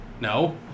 No